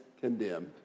condemned